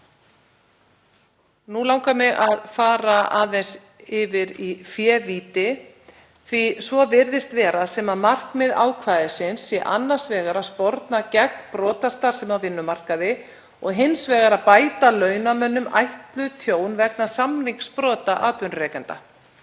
Nú langar mig að fara aðeins yfir í févíti. Svo virðist vera sem markmið ákvæðisins sé annars vegar að sporna gegn brotastarfsemi á vinnumarkaði og hins vegar að bæta launamönnum ætlað tjón vegna samningsbrota atvinnurekanda.